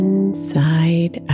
Inside